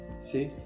See